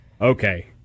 okay